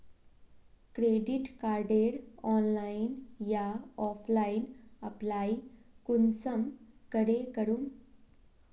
Credit कार्डेर online या offline apply कुंसम करे करूम?